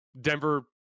Denver